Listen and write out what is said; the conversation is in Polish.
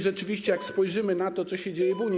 Rzeczywiście jak spojrzymy na to, co się dzieje w Unii.